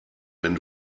wenn